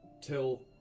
till